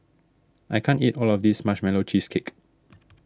I can't eat all of this Marshmallow Cheesecake